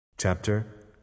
Chapter